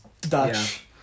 Dutch